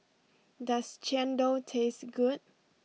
does Chendol taste good